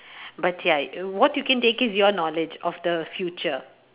but ya what you can take is your knowledge of the future